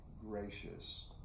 gracious